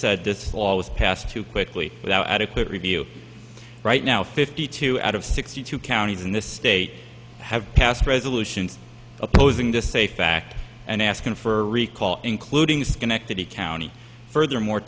said this law was passed too quickly without adequate review right now fifty two out of sixty two counties in the state have passed resolutions opposing this a fact and asking for recall including schenectady county furthermore